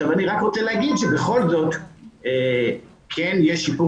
אני רק רוצה להגיד שבכל זאת כן יש שיפור